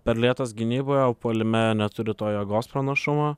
per lėtas gynyboje o puolime neturi to jėgos pranašumo